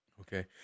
Okay